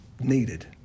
needed